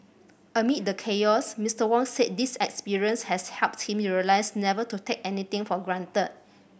amid the chaos Mr Wong said this experience has helped him realise never to take anything for granted